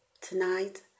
tonight